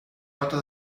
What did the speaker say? nota